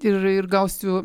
ir ir gausiu